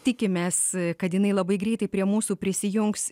tikimės kad jinai labai greitai prie mūsų prisijungs